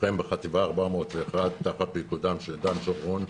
לוחם בחטיבה 401 תחת פיקודם של דן שומרון,